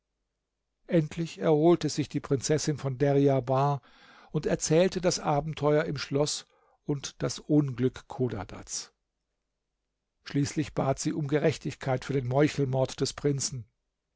endlich erholte sich die prinzessin von deryabar und erzählte das abenteuer im schloß und das unglück chodadads schließlich bat sie um gerechtigkeit für den meuchelmord des prinzen